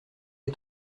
les